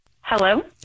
Hello